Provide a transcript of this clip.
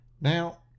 Now